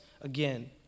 again